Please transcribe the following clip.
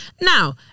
Now